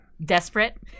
Desperate